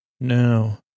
no